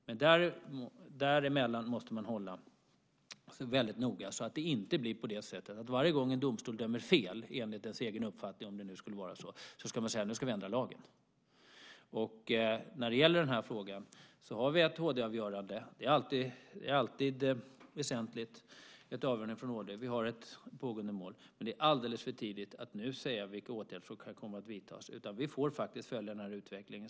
Men däremellan måste man vara väldigt noga så att det inte blir på det sättet att varje gång som en domstol dömer fel enligt ens egen uppfattning - om det nu skulle vara så - ska man säga att lagen ska ändras. När det gäller denna fråga har vi ett HD-avgörande. Ett avgörande från HD är alltid väsentligt. Vi har ett pågående mål. Men det är alldeles för tidigt att nu säga vilka åtgärder som kan komma att vidtas. Vi får faktiskt följa denna utveckling.